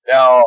Now